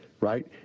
right